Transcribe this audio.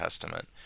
Testament